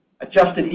adjusted